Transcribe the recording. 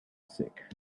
sick